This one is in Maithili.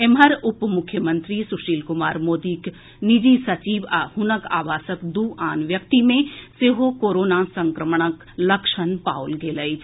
एम्हर उपमुख्यमंत्री सुशील कुमार मोदीक निजी सचिव आ हुनक आवासक दू आन व्यक्ति मे सेहो कोरोना संक्रमणक लक्षण पाओल गेल अछि